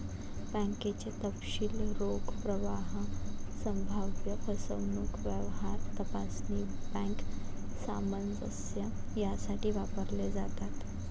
बँकेचे तपशील रोख प्रवाह, संभाव्य फसवणूक, व्यवहार तपासणी, बँक सामंजस्य यासाठी वापरले जातात